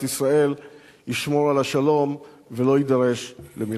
ישראל ישמור על השלום ולא יידרש למלחמה.